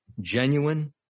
Genuine